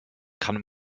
kann